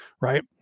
Right